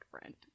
friend